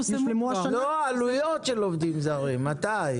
לא, עלויות של עובדים זרים, מתי?